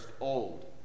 old